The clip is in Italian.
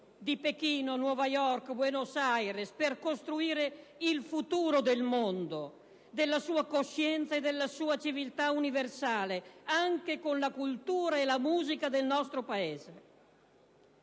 di Pechino, Nuova York, Buenos Aires - per costruire il futuro del mondo, della sua coscienza e della sua civiltà universale anche con la cultura e la musica del nostro Paese;